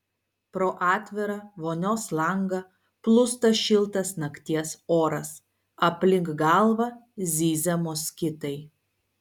pro atvirą vonios langą plūsta šiltas nakties oras aplink galvą zyzia moskitai